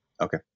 Okay